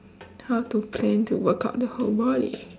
how to plan to work out the whole body